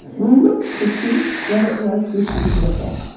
we looked to see what it was we shouldn't look at.